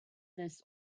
this